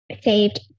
saved